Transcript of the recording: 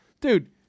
Dude